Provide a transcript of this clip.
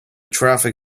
traffic